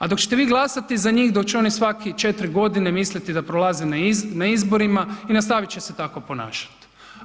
A dok ćete vi glasati za njih, dok će oni svake 4 godine misliti da prolazi na izborima, i nastavit će se tako ponašati.